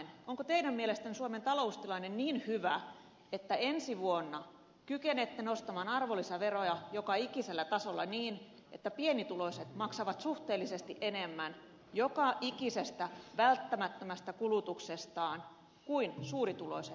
onko teidän mielestänne suomen taloustilanne niin hyvä että ensi vuonna kykenette nostamaan arvonlisäveroja joka ikisellä tasolla niin että pienituloiset maksavat suhteellisesti enemmän kaikesta välttämättömästä kulutuksestaan kuin suurituloiset